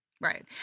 Right